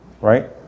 right